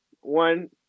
one